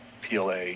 PLA